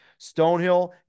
Stonehill